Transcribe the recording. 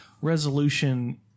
resolution